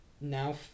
now